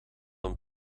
een